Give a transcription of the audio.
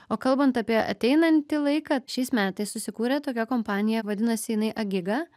o kalbant apie ateinantį laiką šiais metais susikūrė tokia kompanija vadinasi jinai agiga